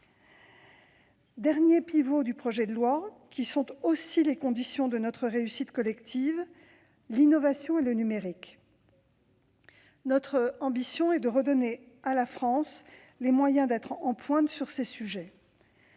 Derniers pivots du projet de loi, qui sont aussi des conditions de notre réussite collective : l'innovation et le numérique. Notre ambition est de redonner à la France les moyens d'être en pointe sur ces sujets.